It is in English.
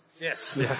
Yes